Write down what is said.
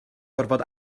gorfod